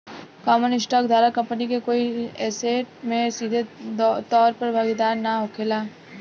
common stock धारक company के कोई ऐसेट में सीधे तौर पर भागीदार ना होखेला